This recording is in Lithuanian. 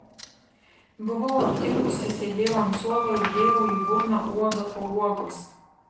buvau aptingusi sėdėjau ant suolo ir dėjau į burną uogą po uogos